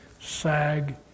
sag